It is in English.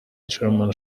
german